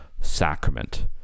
sacrament